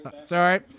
Sorry